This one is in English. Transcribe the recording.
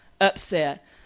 upset